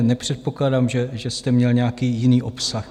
Nepředpokládám, že jste měl nějaký jiný obsah.